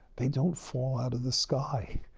they don't fall out of the sky.